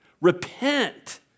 Repent